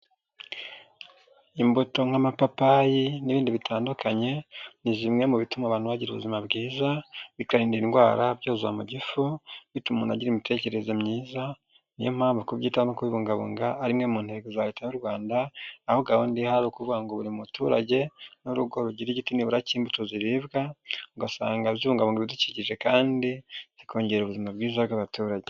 Imbuto nk'amapapayi n'ibindi bitandukanye ni zimwe mu bituma abantu bagira ubuzima bwiza, bikarinda indwara byoza mu gifu, bituma umuntu agira imitekerereze myiza, niyo mpamvu kubyitamo no kubungabunga ari imwe mu ntego za leta y'u Rwanda, aho gahunda ihari ukuvuga ngo buri muturage n'urugo rugire igiti cy'imbuto ziribwa, ugasanga zibungabunga ibidukikije kandi zikongera ubuzima bwiza bw'abaturage.